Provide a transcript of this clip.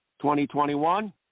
2021